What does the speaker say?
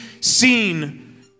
seen